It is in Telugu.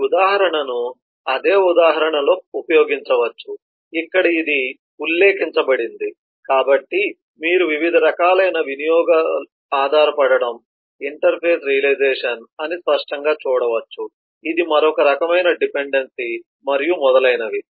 మీరు ఈ ఉదాహరణను అదే ఉదాహరణలో ఉపయోగించవచ్చు ఇక్కడ ఇది ఉల్లేఖించబడింది కాబట్టి మీరు వివిధ రకాలైన వినియోగ ఆధారపడటం ఇంటర్ఫేస్ రియలైజేషన్ అని స్పష్టంగా చూడవచ్చు ఇది మరొక రకమైన డిపెండెన్సీ మరియు మొదలైనవి